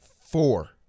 Four